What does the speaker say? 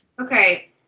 Okay